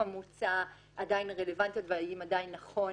המוצע עדיין רלוונטיות והאם עדיין נכון